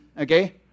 okay